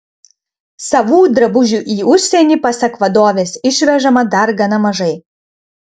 savų drabužių į užsienį pasak vadovės išvežama dar gana mažai